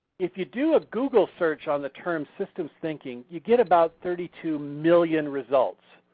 if you do a google search on the term systems thinking, you get about thirty two million results.